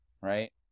Right